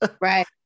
Right